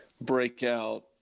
breakout